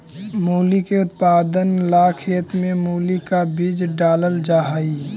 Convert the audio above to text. मूली के उत्पादन ला खेत में मूली का बीज डालल जा हई